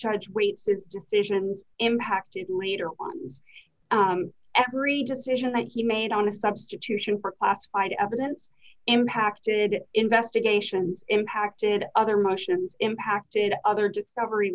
charge weights its decisions impacted later on every decision that he made on a substitution for classified evidence impacted investigations impacted other motions impacted other discovery